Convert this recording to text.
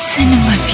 Cinema